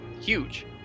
huge